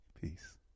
Peace